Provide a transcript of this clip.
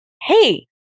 hey